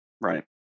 Right